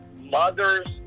mothers